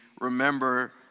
remember